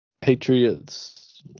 Patriots